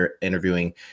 interviewing